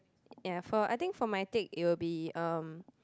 ya for I think for my take it'll be um